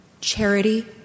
Charity